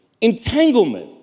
entanglement